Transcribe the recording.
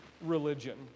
religion